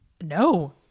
No